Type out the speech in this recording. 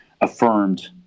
affirmed